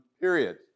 period